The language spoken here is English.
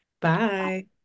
Bye